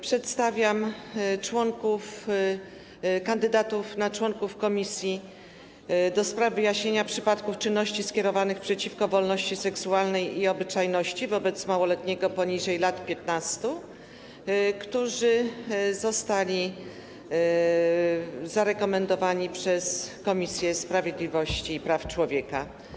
Przedstawiam kandydatów na członków komisji do spraw wyjaśniania przypadków czynności skierowanych przeciwko wolności seksualnej i obyczajności wobec małoletniego poniżej lat 15, którzy zostali zarekomendowani przez Komisję Sprawiedliwości i Praw Człowieka.